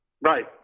Right